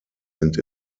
sind